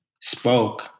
spoke